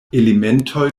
elementoj